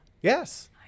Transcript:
Yes